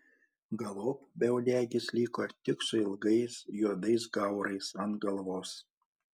galop beuodegis liko tik su ilgais juodais gaurais ant galvos